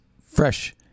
fresh